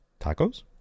Tacos